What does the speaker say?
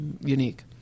unique